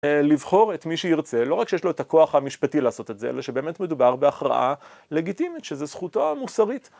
לבחור את מי שירצה, לא רק שיש לו את הכוח המשפטי לעשות את זה, אלא שבאמת מדובר בהכרעה לגיטימית, שזה זכותו המוסרית.